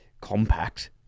compact